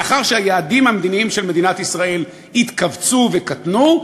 מאחר שהיעדים המדיניים של מדינת ישראל התכווצו וקטנו,